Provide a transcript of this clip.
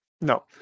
No